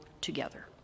together